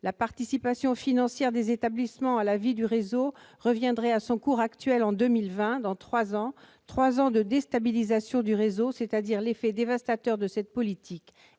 La participation financière des établissements à la vie du réseau reviendrait à son cours actuel en 2020, ce qui signifie trois années de déstabilisation du réseau. C'est dire l'effet dévastateur de cette politique.